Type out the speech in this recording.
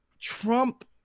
Trump